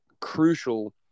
crucial